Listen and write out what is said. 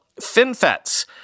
FinFETs